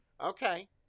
Okay